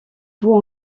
vous